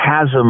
chasm